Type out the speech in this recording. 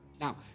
Now